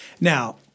Now